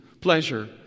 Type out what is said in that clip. pleasure